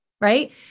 Right